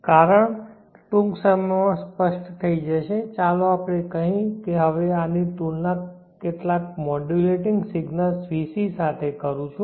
કારણ ટૂંક સમયમાં સ્પષ્ટ થઈ જશે અને ચાલો આપણે કહીએ કે હવે હું આની તુલના કેટલાક મોડ્યુલેટિંગ સિગ્નલ vc સાથે કરું છું